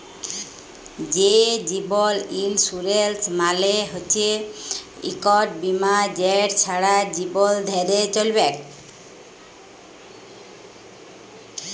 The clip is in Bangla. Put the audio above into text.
যে জীবল ইলসুরেলস মালে হচ্যে ইকট বিমা যেট ছারা জীবল ধ্যরে চ্যলবেক